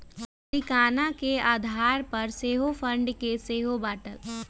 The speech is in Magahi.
मलीकाना के आधार पर सेहो फंड के सेहो बाटल